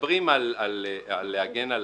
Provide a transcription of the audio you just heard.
מדברים על להגן על